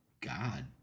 God